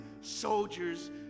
soldiers